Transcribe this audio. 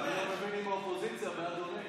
אני לא מבין אם האופוזיציה בעד או נגד.